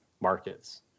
markets